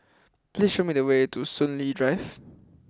please show me the way to Soon Lee Drive